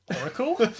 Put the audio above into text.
oracle